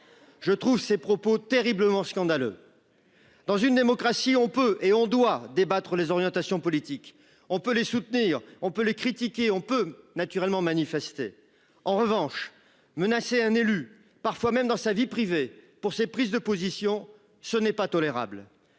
Je trouve ces propos terriblement scandaleux. Dans une démocratie, on peut et on doit débattre les orientations politiques. On peut les soutenir. On peut les critiquer, on peut naturellement manifesté en revanche menacé un élu, parfois même dans sa vie privée pour ses prises de position ce n'est pas tolérable.